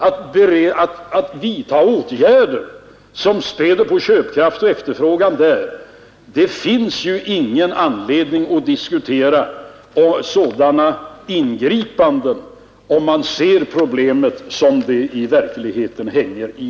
Det finns ingen anledning att diskutera ingripanden eller vidtaga åtgärder som späder på köpkraft och efterfrågan där om man ser problemet som det verkligen är.